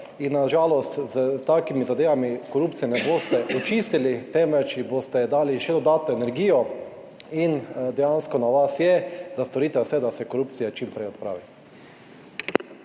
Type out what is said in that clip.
in na žalost s takimi zadevami korupcije ne boste očistili, temveč ji boste dali še dodatno energijo in dejansko na vas je, da storite vse, da se korupcija čim prej odpravi.